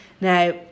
Now